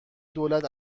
دولت